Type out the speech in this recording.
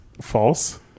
False